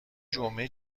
جمعه